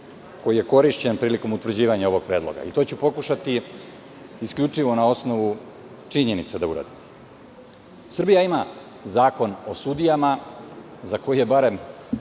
koji je korišćen prilikom utvrđivanja ovog predloga. To ću pokušati isključivo na osnovu činjenica da uradim. Srbija ima Zakon o sudijama, za koji je barem